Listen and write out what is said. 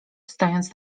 stojąc